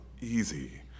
easy